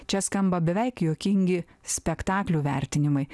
čia skamba beveik juokingi spektaklių vertinimai